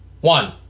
One